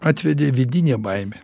atvedė vidinė baimė